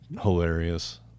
hilarious